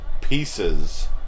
pieces